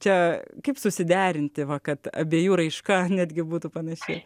čia kaip susiderinti va kad abiejų raiška netgi būtų panaši